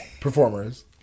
Performers